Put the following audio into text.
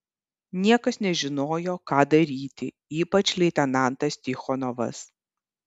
niekas nežinojo ką daryti ypač leitenantas tichonovas